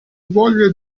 voglia